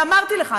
ואמרתי לך,